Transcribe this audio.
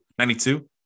92